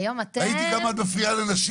היום אתם -- ראיתי גם את מפריעה לנשים